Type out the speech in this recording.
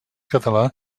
català